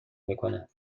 میکنه